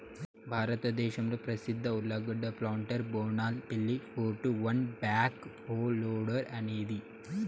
భారతదేశంలో ప్రసిద్ధ ఉర్లగడ్డ ప్లాంటర్ బోనాల్ పిల్లి four two one backhoe loader అనేది